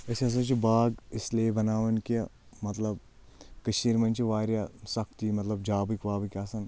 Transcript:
أسۍ ہسا چھِ باغ اس لیے بناوان کہِ مطلب کٔشیٖرِ منٛز چھِ واریاہ سختی مطلب جابٕکۍ وابٕکۍ آسان